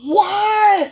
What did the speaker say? what